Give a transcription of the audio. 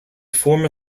former